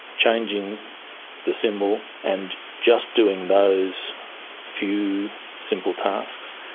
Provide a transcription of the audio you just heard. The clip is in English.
changing the symbol, and just doing those few simple tasks,